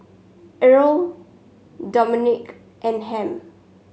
Irl Dominique and Ham